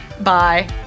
Bye